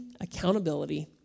accountability